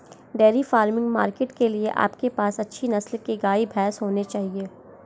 dairy farming market के लिए आपके पास अच्छी नस्ल के गाय, भैंस होने चाहिए